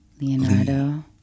Leonardo